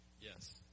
Yes